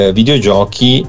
videogiochi